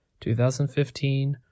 2015